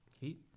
Heat